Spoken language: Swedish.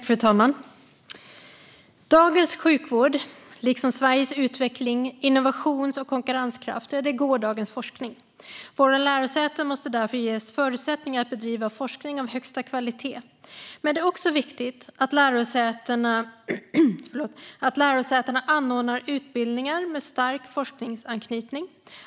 Fru talman! Dagens sjukvård, liksom Sveriges utveckling och vår innovations och konkurrenskraft, är gårdagens forskning. Våra lärosäten måste därför ges förutsättningar att bedriva forskning av högsta kvalitet. Men det är också viktigt att lärosätena anordnar utbildningar med stark forskningsanknytning.